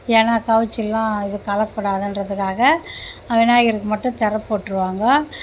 ஏனால் கவுச்சில்லாம் இது கலக்ககூடாதுன்றதுக்காக விநாயகருக்கு மட்டும் திரை போட்டுருவாங்கோ